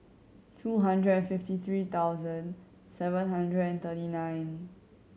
two hundred and fifty three thousand seven hundred and thirty nine